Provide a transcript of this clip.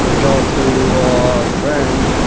go to ah friends.